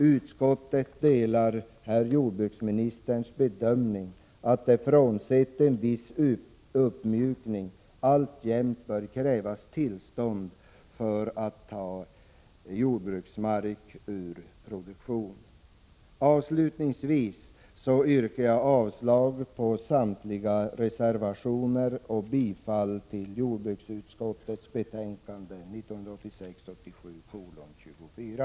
Utskottsmajoriteten delar jordbruksministerns bedömning att det, frånsett en viss uppmjukning, alltjämt bör krävas tillstånd för att man skall få ta jordbruksmark ur produktion. Avslutningsvis yrkar jag alltså avslag på samtliga reservationer och bifall till jordbruksutskottets hemställan i betänkande 1986/87:24.